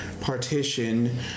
partition